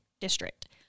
district